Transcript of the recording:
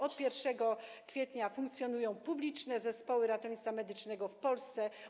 Od 1 kwietnia funkcjonują publiczne zespoły ratownictwa medycznego w Polsce.